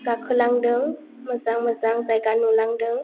गाखोलांदों मोजां मोजां जायगा नुलांदों